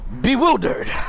bewildered